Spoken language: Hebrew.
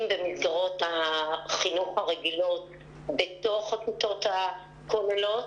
במסגרות החינוך הרגילות בתוך הכיתות הכוללות,